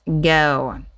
go